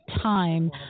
time